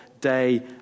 day